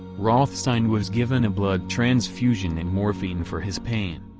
rothstein was given a blood transfusion and morphine for his pain.